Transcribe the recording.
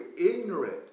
ignorant